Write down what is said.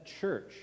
church